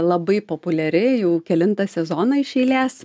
labai populiari jau kelintą sezoną iš eilės